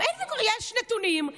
יש נתונים.